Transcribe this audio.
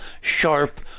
sharp